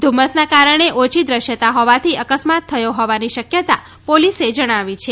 ધુમ્મસના કારણે ઓછી દ્રશ્યતા હોવાથી અકસ્માત થયો હોવાની શક્યતા પોલીસે જણાવી છે